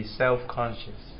self-conscious